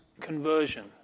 conversion